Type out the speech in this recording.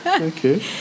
Okay